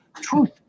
truth